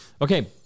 Okay